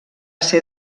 ser